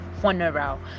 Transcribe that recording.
funeral